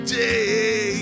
day